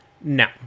No